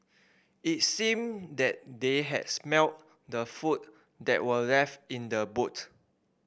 it seemed that they had smelt the food that were left in the boot